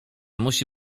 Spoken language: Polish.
musi